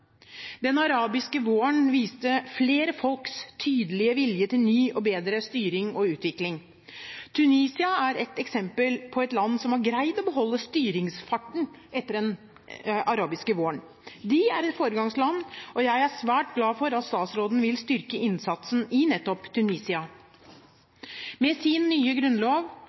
Den arabiske våren viste flere folks tydelige vilje til ny og bedre styring og utvikling. Tunisia er eksempel på et land som har greid å beholde styringsfarten etter den arabiske våren. Det er et foregangsland, og jeg er svært glad for at statsråden vil styrke innsatsen i nettopp Tunisia. Med sin nye grunnlov